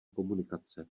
komunikace